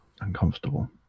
uncomfortable